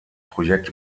projekt